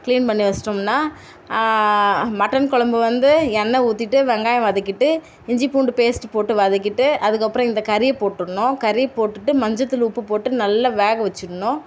clean பண்ணி வச்சிட்டோம்னா mutton குழம்பு வந்து எண்ணெய் ஊற்றிட்டு வெங்காயம் வதக்கிட்டு இஞ்சி பூண்டு பேஸ்ட்டு போட்டு வதக்கிட்டு அதுக்கு அப்புறம் இந்த கறியை போட்டுற்ணும் கறிய போட்டுட்டு மஞ்சள் தூள் உப்பு போட்டு நல்ல வேக வச்சிடணும்